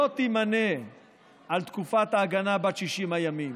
לא תימנה עם תקופת ההגנה בת 60 הימים.